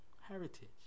heritage